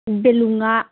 ꯕꯦꯂꯨꯉꯥ